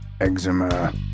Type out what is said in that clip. eczema